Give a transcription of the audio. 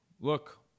look